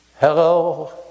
Hello